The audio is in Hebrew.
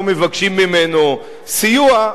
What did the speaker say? לא מבקשים ממנו סיוע,